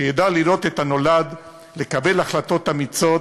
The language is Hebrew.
שידע לראות את הנולד, לקבל החלטות אמיצות